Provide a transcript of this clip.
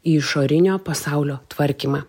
į išorinio pasaulio tvarkymą